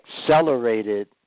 accelerated